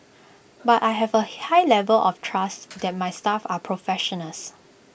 but I have A high level of trust that my staff are professionals